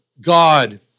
God